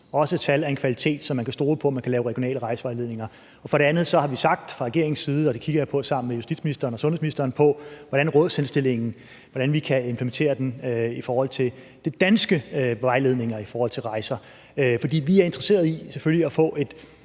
også tal af en kvalitet, som man kan stole på, så man kan lave regionale rejsevejledninger. For det andet har vi sagt fra regeringens side, at vi kigger på – og det kigger jeg på sammen med justitsministeren og sundhedsministeren – hvordan vi kan implementere rådsindstillingen i forhold til de danske vejledninger i forhold til rejser. For vi er selvfølgelig interesseret i at få et